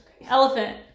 Elephant